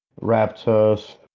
Raptors